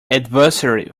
adversity